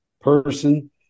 person